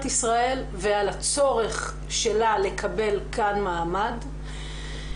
ישראל ועל הצורך שלה לקבל כאן מעמד.